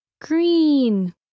Green